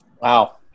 Wow